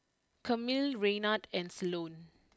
Camille Raynard and Sloane